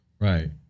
Right